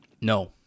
no